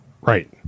Right